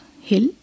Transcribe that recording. hill